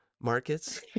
markets